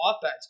offense